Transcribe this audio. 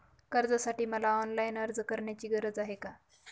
कर्जासाठी मला ऑनलाईन अर्ज करण्याची गरज आहे का?